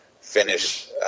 finish